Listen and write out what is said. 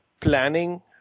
planning